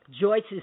Joyce's